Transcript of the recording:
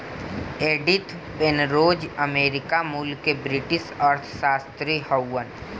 Edith Penrose America मूल के British अर्थशास्त्री हउवन